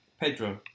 Pedro